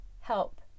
help